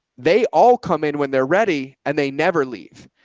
they all come in when they're ready and they never leave.